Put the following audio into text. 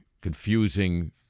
confusing